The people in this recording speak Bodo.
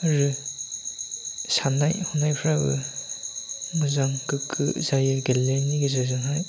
आरो साननाय हनायफ्राबो मोजां गोग्गो जायो गेलेनायनि गेजेरजोंहाय